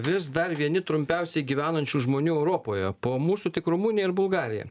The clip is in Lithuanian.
vis dar vieni trumpiausiai gyvenančių žmonių europoje po mūsų tik rumunija ir bulgarija